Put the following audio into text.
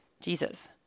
jesus